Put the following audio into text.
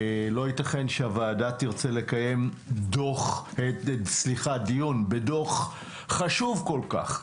לא ייתכן שהוועדה תרצה לקיים דיון בדוח חשוב כל כך,